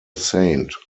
saint